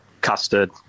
custard